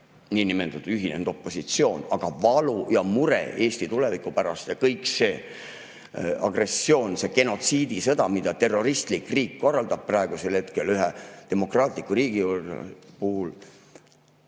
niinimetatud ühinenud opositsioon. Aga valu ja mure Eesti tuleviku pärast ja kõik see agressioon, see genotsiidisõda, mida terroristlik riik korraldab praegusel hetkel ühe demokraatliku riigi vastu,